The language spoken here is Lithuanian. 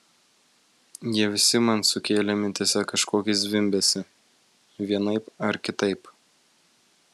jie visi man sukėlė mintyse kažkokį zvimbesį vienaip ar kitaip